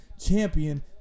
champion